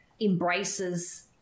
embraces